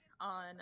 on